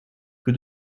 que